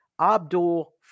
Abdul